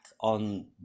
on